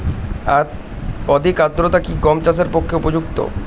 অধিক আর্দ্রতা কি গম চাষের পক্ষে উপযুক্ত?